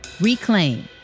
Reclaim